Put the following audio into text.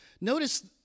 notice